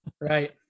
Right